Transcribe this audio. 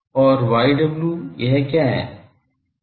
और Yw यह क्या है